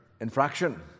infraction—